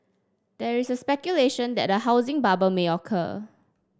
there is speculation that a housing bubble may occur